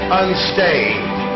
unstained